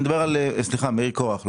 אני מדבר על מאיר קורח.